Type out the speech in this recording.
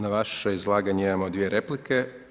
Na vaše izlaganje imamo dvije replike.